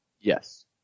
Yes